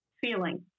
feeling